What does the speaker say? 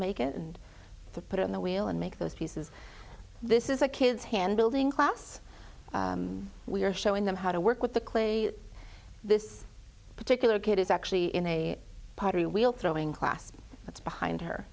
make it and put it on the wheel and make those pieces this is a kid's hand building class we're showing them how to work with the cli this particular kid is actually in a pottery wheel throwing class that's behind her